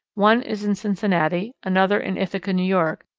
one is in cincinnati, another in ithaca, new york,